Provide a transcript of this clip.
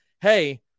hey